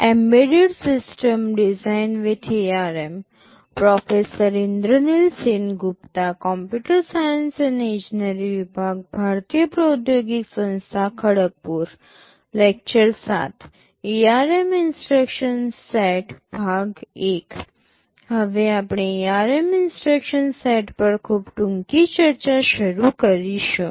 embedded system design with ARM professor Indranil Sengupta computer science અને ઈજનેરી વિભાગ ભારતીય પ્રૌધોગિક સંસ્થા Kharagpur lecture 0૭ ARM instruction set ભાગ I હવે આપણે ARM ઇન્સટ્રક્શન સેટ પર ખૂબ ટૂંકી ચર્ચા શરૂ કરીશું